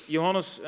Johannes